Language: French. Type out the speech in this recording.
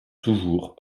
toujours